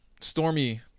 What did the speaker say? stormy